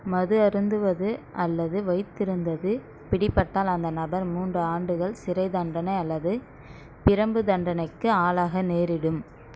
மது அருந்துவது அல்லது வைத்திருந்தது பிடிபட்டால் அந்த நபர் மூன்று ஆண்டுகள் சிறைத்தண்டனை அல்லது பிரம்புத்தண்டனைக்கு ஆளாக நேரிடும்